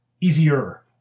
easier